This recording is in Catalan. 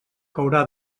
caurà